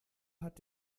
hat